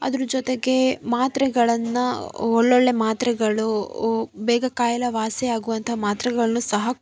ಅದರ ಜೊತೆಗೆ ಮಾತ್ರೆಗಳನ್ನು ಒಳ್ಳೊಳ್ಳೆಯ ಮಾತ್ರೆಗಳು ಬೇಗ ಕಾಯಿಲೆ ವಾಸಿ ಆಗುವಂಥ ಮಾತ್ರೆಗಳನ್ನೂ ಸಹ